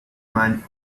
mine